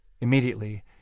Immediately